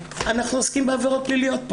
אנחנו עוסקים כאן בעבירות פליליות.